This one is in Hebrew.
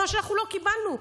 מה שאנחנו לא קיבלנו,